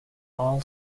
all